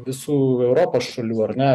visų europos šalių ar ne